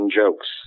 jokes